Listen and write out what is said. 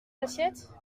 assiettes